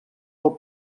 del